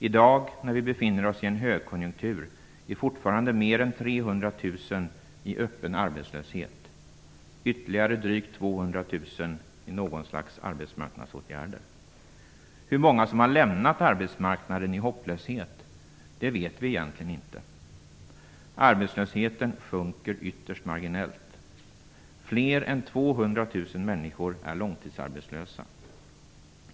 I dag när vi befinner oss i en högkonjunktur befinner sig fortfarande mer än 300 000 personer i öppen arbetslöshet och ytterligare drygt 200 000 i något slags arbetsmarknadsåtgärd. Hur många som har lämnat arbetsmarknaden i hopplöshet vet vi egentligen inte. Arbetslösheten sjunker ytterst marginellt. Fler än 200 000 människor är långtidsarbetslösa.